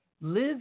live